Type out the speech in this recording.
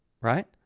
right